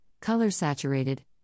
color-saturated